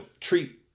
treat